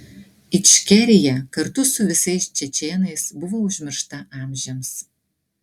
ičkerija kartu su visais čečėnais buvo užmiršta amžiams